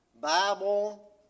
Bible